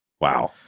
wow